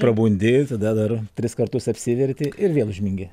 prabundi tada dar tris kartus apsivert ir vėl užmingi